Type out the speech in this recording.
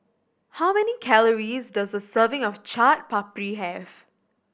how many calories does a serving of Chaat Papri have